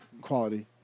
quality